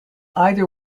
either